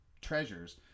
treasures